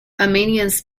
armenians